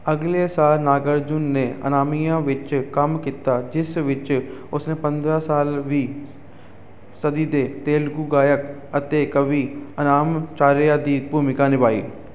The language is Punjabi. ਅਗਲੇ ਸਾਲ ਨਾਗਾਰਜੁਨ ਨੇ ਅੰਨਾਮੱਈਆ ਵਿੱਚ ਕੰਮ ਕੀਤਾ ਜਿਸ ਵਿੱਚ ਉਸਨੇ ਪੰਦਰ੍ਹਾਂ ਸਾਲ ਵੀਂ ਸਦੀ ਦੇ ਤੇਲਗੂ ਗਾਇਕ ਅਤੇ ਕਵੀ ਅੰਨਾਮਚਾਰਿਆ ਦੀ ਭੂਮਿਕਾ ਨਿਭਾਈ